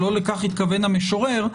שלא לכך התכוון המשורר,